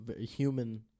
human